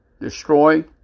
destroy